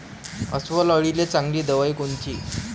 अस्वल अळीले चांगली दवाई कोनची?